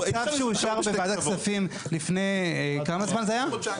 זה צו שאושר בוועדת הכספים --- אז תשנו.